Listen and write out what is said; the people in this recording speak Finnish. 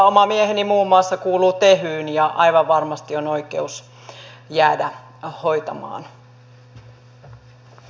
oma mieheni muun muassa kuuluu tehyyn ja aivan varmasti on oikeus jäädä hoitamaan